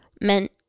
meant